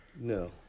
No